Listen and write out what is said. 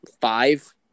five